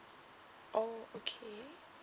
oh okay